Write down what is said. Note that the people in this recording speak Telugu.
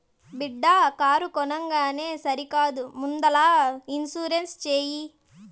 బిడ్డా కారు కొనంగానే సరికాదు ముందల ఇన్సూరెన్స్ చేయి